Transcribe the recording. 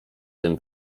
tym